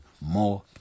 more